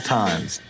times